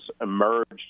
emerged